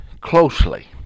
closely